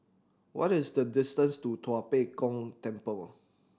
what is the distance to Tua Pek Kong Temple